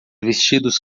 vestidos